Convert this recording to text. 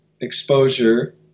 exposure